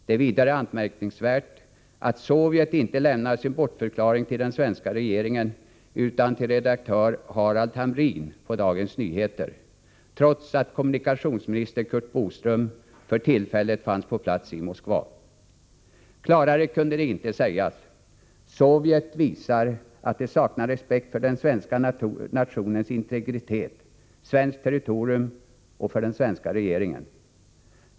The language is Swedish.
Det är vidare anmärkningsvärt att Sovjet inte lämnar sin bortförklaring till den svenska regeringen utan till redaktör Harald Hamrin på Dagens Nyheter. Trots att kommunikationsminister Curt Boström för tillfället fanns på plats i Moskva. — Nr 32 Klarare kunde det inte sägas. Sovjet visar att det saknar respekt för den Onsdagen den svenska nationens integritet, svenskt territorium och för den svenska 21 november 1984 regeringen.